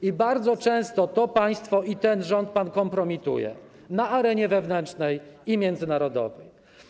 I bardzo często to państwo i ten rząd pan kompromituje na arenie wewnętrznej i międzynarodowej.